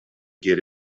get